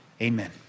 Amen